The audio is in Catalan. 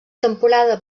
temporada